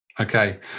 Okay